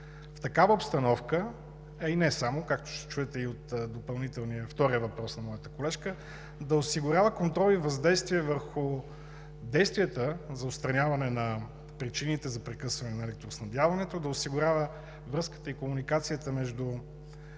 в такава обстановка, а и не само, както ще чуете и от допълнителния втори въпрос на моята колежка, да осигурява контрол и въздействие върху действията за отстраняване на причините за прекъсване на електроснабдяването, да осигурява връзката и комуникацията между